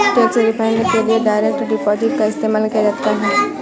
tax refund के लिए direct deposit का इस्तेमाल किया जा सकता हैं